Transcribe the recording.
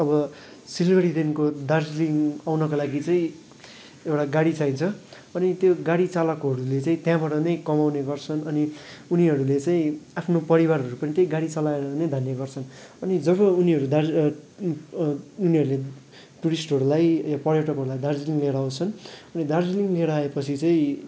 अब सिलगढीदेखिको दार्जिलिङ आउनको लागि चाहिँ एउटा गाडी चाहिन्छ अनि त्यो गाडी चालकहरूले चाहिँ त्यहाँबाट नै कमाउने गर्छन् अनि उनीहरूले चाहिँ आफ्नो परिवारहरू पनि त्यही गाडी चलाएर नै धान्ने गर्छन् अनि जब उनीहरू उनीहरूले टुरिस्टहरूलाई या पर्यटकहरूलाई दार्जिलिङ लिएर आउछँन् अनि दार्जिलिङ लिएर आएपछि चाहिँ